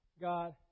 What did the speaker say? God